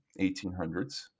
1800s